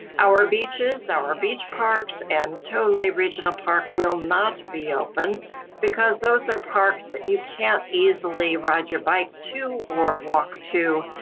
our beaches, our beach parks and tole regional park will not be open because those are parks that you can't easily ride your bike to or walk to.